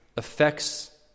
affects